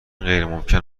غیرممکن